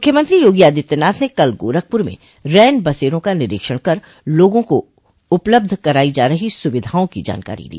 मुख्यमंत्री योगी आदित्यनाथ ने कल गोरखपूर में रैन बसेरों का निरीक्षण कर लोगों को उपलब्ध कराई जा रही सुविधाओं की जानकारी ली